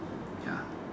ya